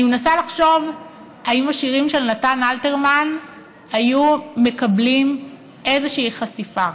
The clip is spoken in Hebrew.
אני מנסה לחשוב אם השירים של נתן אלתרמן היו מקבלים איזושהי חשיפה,